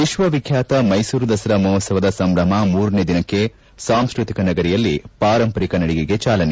ವಿಕ್ವ ವಿಖ್ವಾತ ಮೈಸೂರು ದಸರಾ ಮಹೋತ್ಸವದ ಸಂಭ್ರಮ ಮೂರನೇ ದಿನಕ್ಕೆ ಸಾಂಸ್ಕತಿಕ ನಗರಿಯಲ್ಲಿ ಪಾರಂಪರಿಕ ನಡಿಗೆಗೆ ಚಾಲನೆ